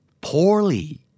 Poorly